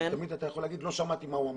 תמיד אתה יכול לומר לא שמעתי מה הוא אמר.